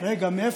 באתי